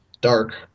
dark